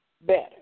better